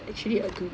actually agree